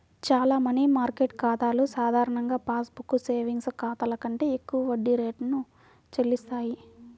చాలా money market ఖాతాలు సాధారణ పాస్ బుక్ సేవింగ్స్ ఖాతాల కంటే ఎక్కువ వడ్డీ రేటును చెల్లిస్తాయి